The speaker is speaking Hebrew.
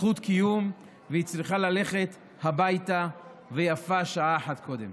זכות קיום והיא צריכה ללכת הביתה ויפה שעה אחת קודם.